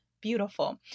beautiful